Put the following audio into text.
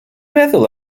meddwl